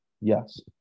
Yes